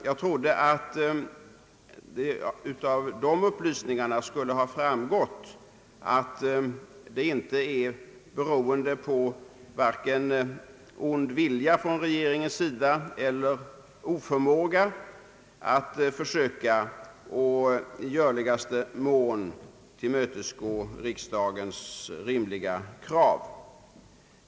Jag trodde att det skulle ha framgått av dessa upplysningar att det varken beror på ond vilja från regeringens sida eller oförmåga att försöka i görligaste mån tillmötesgå riksdagens rimliga krav.